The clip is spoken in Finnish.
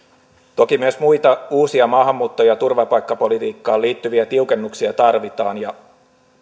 toki myös muita uusia maahanmuutto ja ja turvapaikkapolitiikkaan liittyviä tiukennuksia tarvitaan ja